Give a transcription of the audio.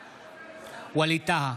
בעד ווליד טאהא,